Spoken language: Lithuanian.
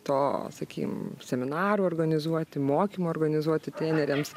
to sakykim seminarų organizuoti mokymų organizuoti treneriams